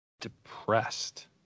depressed